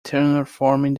terraforming